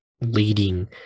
leading